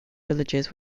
villages